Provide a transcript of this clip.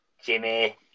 Jimmy